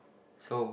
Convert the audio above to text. so